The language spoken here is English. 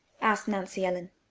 asked nancy ellen.